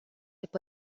este